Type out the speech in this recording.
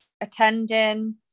attending